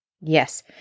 Yes